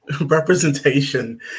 representation